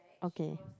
okay